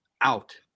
out